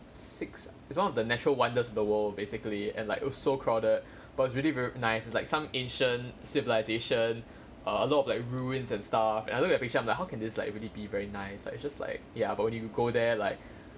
six it's one of the natural wonders of the world basically and like oh so crowded but it's really very nice is like some ancient civilisation err a lot of like ruins and stuff and I look at pictures I'm like how can this like really be very nice like it just like ya but when you go there like